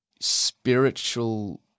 spiritual